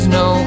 no